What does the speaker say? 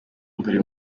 buri